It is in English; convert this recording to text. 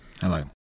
Hello